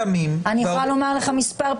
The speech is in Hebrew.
שתי ההסתייגויות שכרגע אני הגשתי ויעמדו על הפרק.